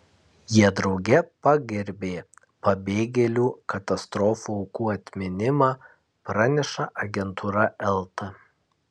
jie drauge pagerbė pabėgėlių katastrofų aukų atminimą praneša agentūra elta